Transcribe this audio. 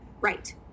Right